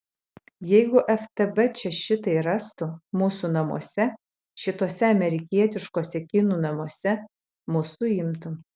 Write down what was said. jeigu ftb čia šitai rastų mūsų namuose šituose amerikietiškuose kinų namuose mus suimtų